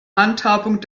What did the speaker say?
handhabung